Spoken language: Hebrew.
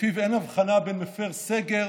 שלפיו אין הבחנה בין מפירי סגר,